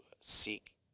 seek